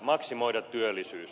maksimoida työllisyys